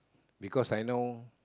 because I know